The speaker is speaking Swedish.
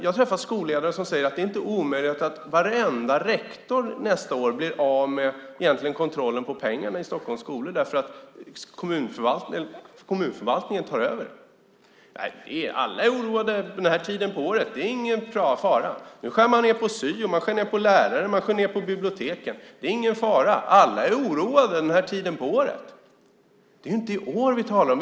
Jag träffar skolledare som säger att det inte är omöjligt att varenda rektor nästa år egentligen blir av med kontrollen av pengarna på Stockholms skolor eftersom kommunförvaltningen tar över. Men nej, alla är oroade vid den här tiden på året. Det är ingen fara. Nu skär man ned på syo. Man skär ned på lärare. Man skär ned på bibliotek. Det är ingen fara. Alla är oroade vid den här tiden på året. Det är inte i år vi talar om.